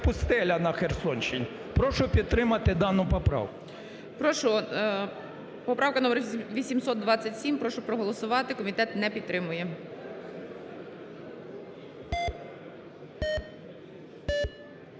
поправка номер 827. Прошу проголосувати. Комітет не підтримує.